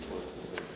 Hvala.